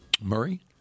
Murray